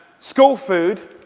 school food